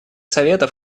совета